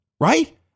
right